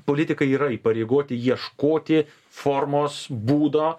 politikai yra įpareigoti ieškoti formos būdo